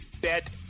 bet